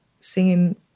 singing